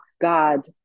God